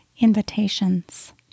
invitations